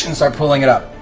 and start pulling it up.